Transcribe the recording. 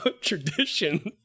tradition